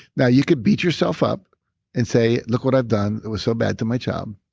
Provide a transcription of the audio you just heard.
now, you could beat yourself up and say, look what i've done. it was so bad to my child.